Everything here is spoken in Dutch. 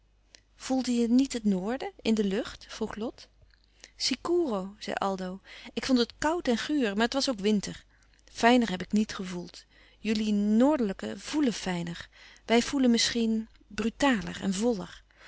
voelde je niet het noorden in de lucht vroeg lot sicuro zei aldo ik vond het koud en guur maar het was ook winter fijner heb ik niet gevoeld jullie noordelijken voelen fijner wij voelen misschien brutaler en voller